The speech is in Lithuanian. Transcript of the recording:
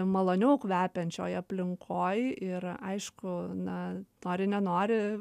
maloniau kvepiančioj aplinkoj ir aišku na nori nenori